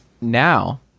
Now